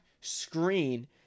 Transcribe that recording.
screen